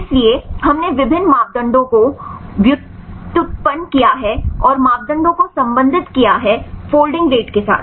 इसलिए हमने विभिन्न मापदंडों को व्युत्पन्न किया है और मापदंडों को संबंधित किया है फोल्डिंग रेट के साथ